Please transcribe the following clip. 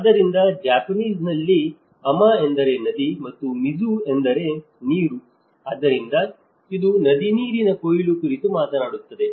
ಆದ್ದರಿಂದ ಜಪಾನೀಸ್ನಲ್ಲಿ ಅಮಾ ಎಂದರೆ ನದಿ ಮತ್ತು ಮಿಜು ಎಂದರೆ ನೀರು ಆದ್ದರಿಂದ ಇದು ನದಿ ನೀರಿನ ಕೊಯ್ಲು ಕುರಿತು ಮಾತನಾಡುತ್ತದೆ